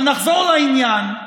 אבל נחזור לעניין,